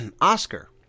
Oscar